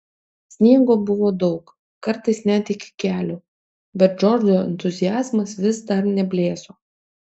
sniego buvo daug kartais net iki kelių bet džordžo entuziazmas vis dar neblėso